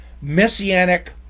Messianic